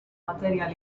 material